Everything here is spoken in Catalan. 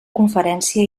conferència